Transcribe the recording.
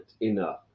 enough